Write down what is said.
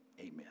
amen